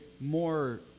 more